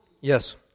Yes